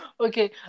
okay